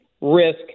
risk